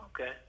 Okay